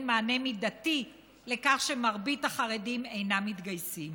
מענה מידתי לכך שמרבית החרדים אינם מתגייסים.